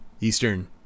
Eastern